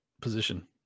position